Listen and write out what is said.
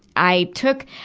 i took,